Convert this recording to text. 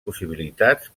possibilitats